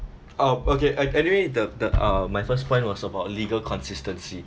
uh okay anyway the the uh my first point was about legal consistency